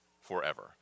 forever